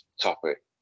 topic